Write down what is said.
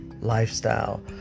Lifestyle